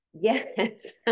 Yes